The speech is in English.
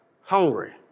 Hungry